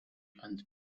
ant